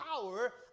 power